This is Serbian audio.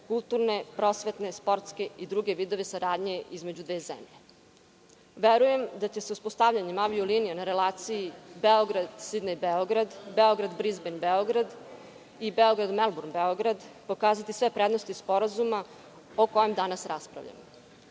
kulturne, prosvetne, sportske i druge vidove saradnje između dve zemlje. Verujem da će se uspostavljanjem avio linije na relaciji Beograd-Sidnej- Beograd, Beograd-Brizben-Beograd i Beograd-Melburn-Beograd pokazati sve prednosti sporazuma o kojem danas raspravljamo.U